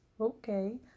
Okay